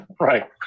Right